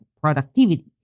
productivity